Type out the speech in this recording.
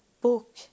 book